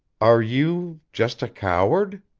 are you just a coward?